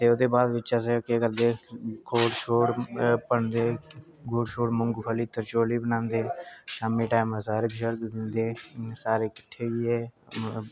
ओह्दे बाद बिच अस केह् करदे खोड़ छोड़ भन्नदे गुड़ छुड़ मुंगफली त्रचौली बनादें शामीं टैम अर्घ शर्घ दिंदे सारे किट्ठे होइयै